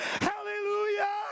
hallelujah